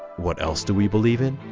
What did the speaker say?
what else do we believe in?